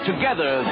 Together